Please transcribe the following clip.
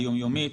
היומיומית,